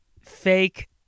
fake